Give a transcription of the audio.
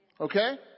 Okay